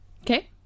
Okay